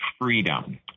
freedom